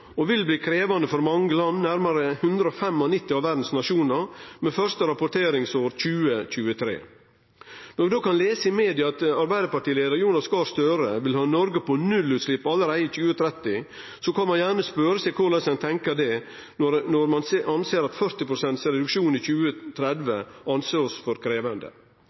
vil bli krevjande for mange land, nærmare bestemt 195 av verdas nasjonar, med første rapporteringsår i 2023. Når vi då kan lese i media at arbeidarpartileiar Jonas Gahr Støre vil ha nullutslepp i Noreg allereie i 2030, kan ein gjerne spørje seg korleis ein tenkjer – når 40 pst. reduksjon i 2030 blir sett på som for krevjande.